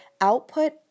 output